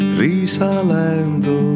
risalendo